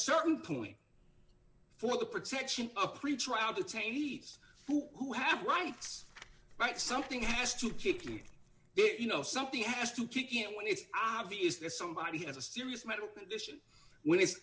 certain point for the protection of pretrial detainees who have rights but something has to kick me if you know something has to kick in when it's obvious that somebody has a serious medical condition when it's